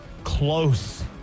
close